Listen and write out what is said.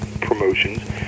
promotions